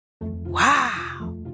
Wow